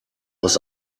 was